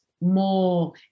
more